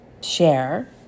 share